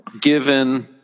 given